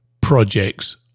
projects